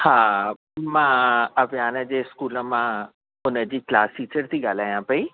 हा मां अवियान जे स्कूल मां उन जी क्लास टीचर थी ॻाल्हायां पई